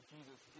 Jesus